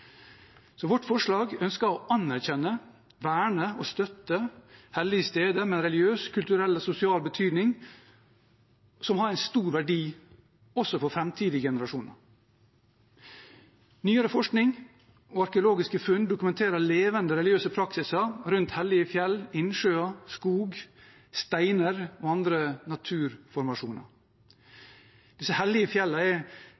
Vårt forslag ønsker å anerkjenne, verne og støtte hellige steder med religiøs, kulturell og sosial betydning, som har en stor verdi også for framtidige generasjoner. Nyere forskning og arkeologiske funn dokumenterer levende religiøse praksiser rundt hellige fjell, innsjøer, skog, steiner og andre naturformasjoner. Disse hellige fjellene er